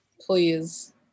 Please